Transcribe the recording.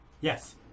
Yes